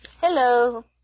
Hello